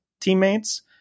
teammates